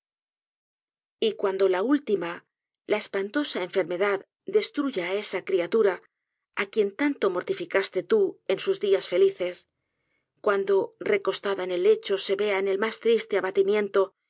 consuelo y cuando la última la espantosa enfermedaddestruya á esa criatura á quien tanto mortificaste tú en sus dias felices cuando recostada en el lecho se vea en el mas triste abatimiento